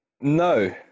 No